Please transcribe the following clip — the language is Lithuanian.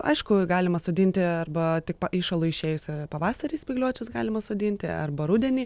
aišku galima sodinti arba tik pa įšalui išėjus pavasarį spygliuočius galima sodinti arba rudenį